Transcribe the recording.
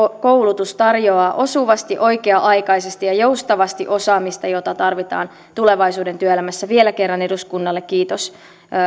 koulutus tarjoaa osuvasti oikea aikaisesti ja joustavasti osaamista jota tarvitaan tulevaisuuden työelämässä vielä kerran eduskunnalle kiitos